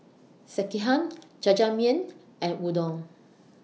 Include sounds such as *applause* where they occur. Sekihan *noise* Jajangmyeon and Udon *noise*